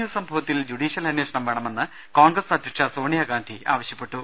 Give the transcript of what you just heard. U സംഭവത്തിൽ judicial അന്വേഷണം വേണമെന്ന് കോൺഗ്രസ് അധ്യക്ഷ സോണിയാഗാന്ധി ആവശ്യപ്പെട്ടു